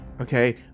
okay